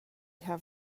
have